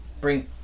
bring